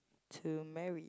to marry